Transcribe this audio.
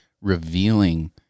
revealing